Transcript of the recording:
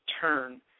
turn